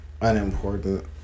unimportant